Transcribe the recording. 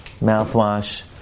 mouthwash